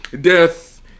Death